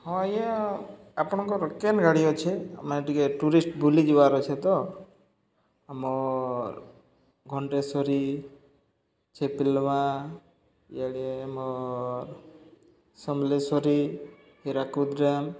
ହଁ ଆଜ୍ଞା ଆପଣଙ୍କର୍ କେନ୍ ଗାଡ଼ି ଅଛେ ଆମେ ଟିକେ ଟୁରିଷ୍ଟ୍ ବୁଲିଯିବାର୍ ଅଛେ ତ ଆମର୍ ଘଣ୍ଟେଶ୍ଵରୀ ଛେପିଲମା ଇଆଡ଼େ ଆମର୍ ସମଲେଶ୍ଵରୀ ହୀରାକୁଦ୍ ଡ୍ୟାମ୍